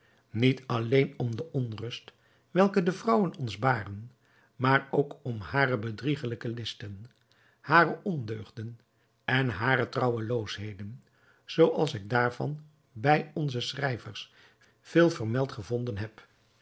niet alleen om de onrust welke de vrouwen ons baren maar ook om hare bedriegelijke listen hare ondeugden en hare trouweloosheden zooals ik daarvan bij onze schrijvers veel vermeld gevonden heb